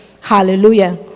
Hallelujah